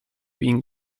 been